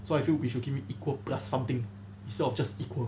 so I feel we should give him equal plus something instead of just equal